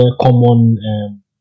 common